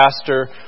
pastor